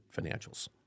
financials